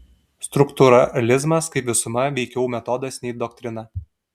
struktūralizmas kaip visuma veikiau metodas nei doktrina